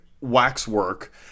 Waxwork